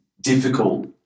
difficult